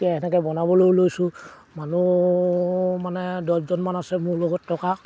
তেনেকৈ বনাবলৈও লৈছোঁ মানুহ মানে দহজনমান আছে মোৰ লগত টকা